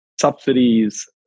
subsidies